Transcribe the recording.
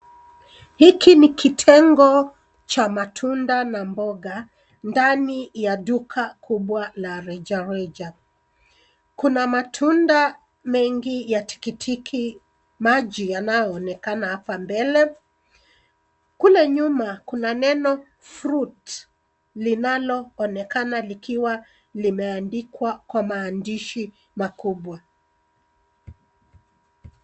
Hiki ni kitengo cha matunda na mboga ndani ya duka kubwa la rejareja. Kuna matunda mengi ya tikiti maji yanayoonekana hapa mbele. Kule nyuma kuna neno fruits linaloonekana likiwa limeandikwa kwa maandishi makubwa.